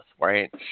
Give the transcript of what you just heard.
right